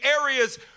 areas